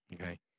Okay